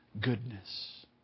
goodness